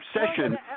obsession